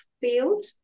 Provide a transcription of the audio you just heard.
field